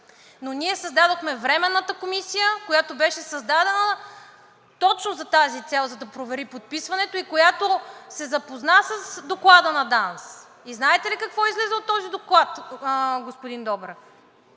но ние създадохме Временната комисия, която беше създадена точно за тази цел, за да провери подписването, и която се запозна с доклада на ДАНС. И знаете ли какво излиза от този доклад, господин Добрев?